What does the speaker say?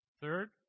Third